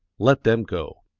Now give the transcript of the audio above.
let them go.